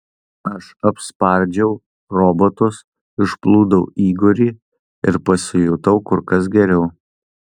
aš apspardžiau robotus išplūdau igorį ir pasijutau kur kas geriau